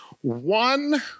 one